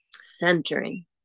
Centering